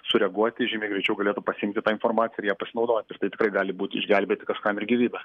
sureaguoti žymiai greičiau galėtų pasiimti tą informaciją ir ją pasinaudoti ir tai tikrai gali būt išgelbėti kažkam gyvybę